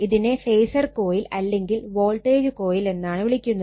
ഇതിനെ phasor coil അല്ലെങ്കിൽ voltage coil എന്നാണ് വിളിക്കുന്നത്